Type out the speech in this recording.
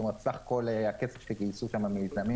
זאת אומרת כמה כסף גייסו שם למיזמים